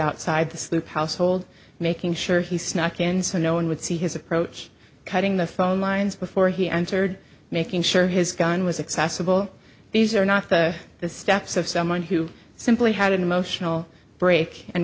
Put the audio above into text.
outside the sleep household making sure he snuck in so no one would see his approach cutting the phone lines before he entered making sure his gun was accessible these are not the steps of someone who simply had an emotional break and